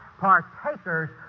Partakers